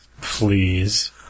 Please